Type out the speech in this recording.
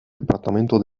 departamento